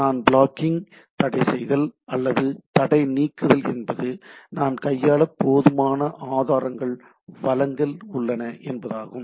நான் பிளாக்கிங் தடைசெய்தல் அல்லது தடைநீக்குதல் என்பது 'நான் கையாள போதுமான ஆதாரங்கள் வளங்கள் உள்ளன' என்பதாகும்